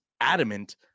adamant